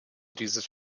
dieses